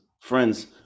Friends